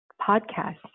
podcast